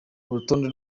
urutonde